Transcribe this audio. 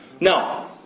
Now